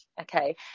okay